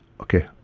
okay